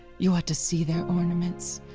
you ought to see their ornaments.